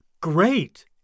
Great